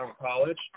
college